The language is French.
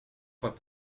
pas